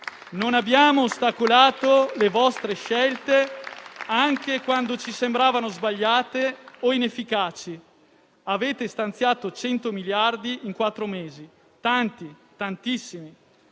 Non abbiamo ostacolato le vostre scelte, neanche quando ci sembravano sbagliate o inefficaci. Avete stanziato 100 miliardi in quattro mesi (tanti, tantissimi):